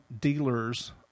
dealers